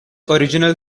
original